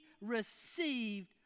received